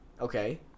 Okay